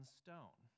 stone